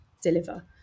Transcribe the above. deliver